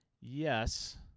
Yes